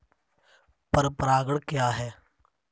पर परागण क्या है?